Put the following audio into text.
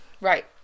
right